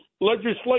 legislation